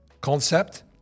concept